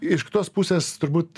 iš kitos pusės turbūt